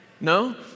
No